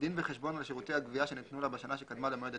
דין וחשבון על שירותי הגביה שניתנו לה בשנה שקדמה למועד הדיווח,